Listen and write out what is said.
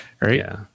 Right